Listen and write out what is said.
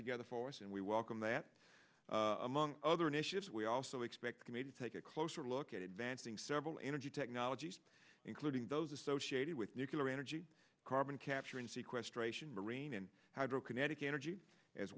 together for us and we welcome that among other initiatives we also expect to take a closer look at advancing several energy technologies including those associated with nucular energy carbon capture and sequence ration marine and hydro kinetic energy as